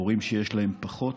הורים שיש להם פחות,